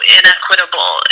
inequitable